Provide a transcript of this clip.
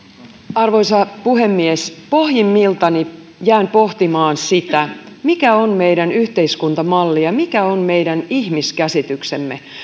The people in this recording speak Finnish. arvoisa puhemies pohjimmiltani jään pohtimaan sitä mikä on meidän yhteiskuntamallimme ja mikä on meidän ihmiskäsityksemme